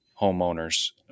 homeowner's